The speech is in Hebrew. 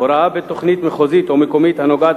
הוראה בתוכנית מחוזית או מקומית בעניין